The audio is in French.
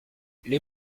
les